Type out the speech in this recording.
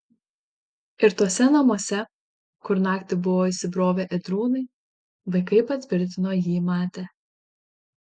ir tuose namuose kur naktį buvo įsibrovę ėdrūnai vaikai patvirtino jį matę